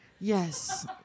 Yes